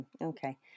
okay